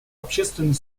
общественной